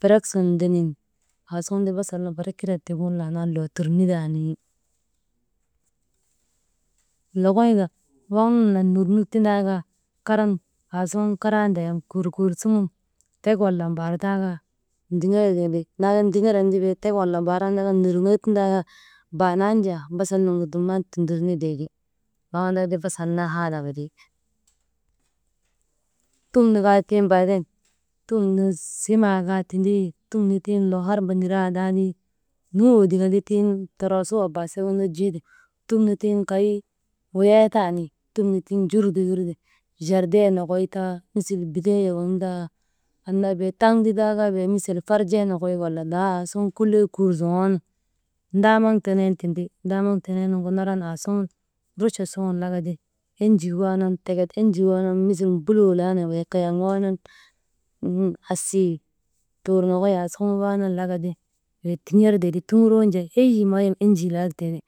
ferek sun ndenin aasuŋun basalnu barik kirak tiigin laanaanu loo turnitaani. Lokoyka waŋ nun nak nurnik tindaakaa karan aasuŋun karaa ndayan kurkur suŋ tek, wala mbaar taa kaa ndigertee ti laala ndiŋeran ti bee tek, wala mbaar nurnoo tindaa kaa, baanan jaa basal nu dumnan tundurnitee ti waŋ andaka basal naa haalagu ti. Tum nu kaa tiŋ baaden, tum simaa kaa tindi, tum nu tiŋ loo harba nirandaati, nuŋoo tika ti tiŋ toroo su wabaasaka wondojii ti, tum nu tiŋ kay woyee taani, tum nu tiŋ jur ti wirti jardien nokoy taa, musil biteeha nokoy taa, annaa be taŋ ti taa kaa misil farjee nokoy wala laa aasuŋ kuley kuur zoŋoonu ndaamŋ tenen tindi, ndaanaŋ teneenuŋu naran aasuŋun rucha suŋun laka ti enjii waanan, teket enjii waanan misil mbuloo laanan, wey kayaŋ waanan asii, «hesitation» tur nokoy asuŋun waanan laka ti, wey tiŋertee ti tuŋuroo nu jaa eyi maa yom enjii laktee ti.